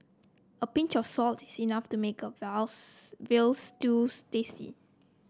a pinch of salt is enough to make a while veal stew tasty